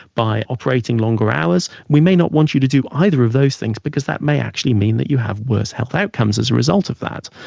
by operating longer hours. we may not want you to do either of those things because that may actually mean that you have worse health outcomes as a result of that.